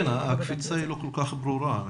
כן, הקפיצה לא כל כך ברורה.